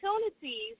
opportunities